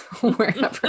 wherever